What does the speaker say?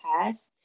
past